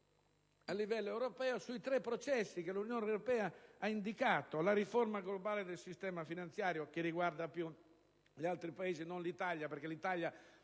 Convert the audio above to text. a livello europeo, sui processi che l'Unione europea ha indicato: la riforma globale del sistema finanziario (che riguarda più gli altri Paesi che l'Italia, perché l'Italia